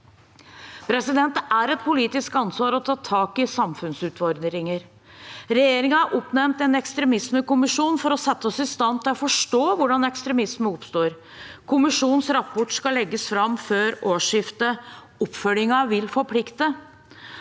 uke. Det er et politisk ansvar å ta tak i samfunnsutfordringer. Regjeringen har oppnevnt en ekstremismekommisjon for å sette oss i stand til å forstå hvordan ekstremisme oppstår. Kommisjonens rapport skal legges fram før årsskiftet. Oppfølgingen vil forplikte.